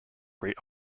great